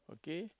okay